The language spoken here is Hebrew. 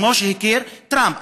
כמו שהכיר בה טראמפ.